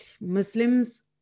muslims